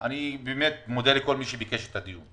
אני מודה לכל מי שביקש את הדיון,